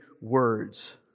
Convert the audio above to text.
words